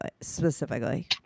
specifically